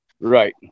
Right